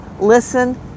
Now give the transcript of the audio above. listen